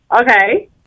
Okay